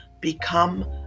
become